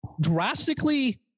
Drastically